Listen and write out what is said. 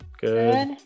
Good